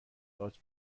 آرد